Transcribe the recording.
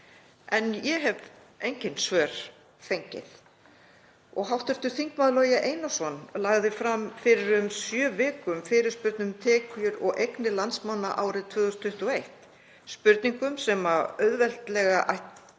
En ég hef engin svör fengið. Hv. þm. Logi Einarsson lagði fram fyrir um sjö vikum fyrirspurn um tekjur og eignir landsmanna árið 2021, spurningum sem auðveldlega er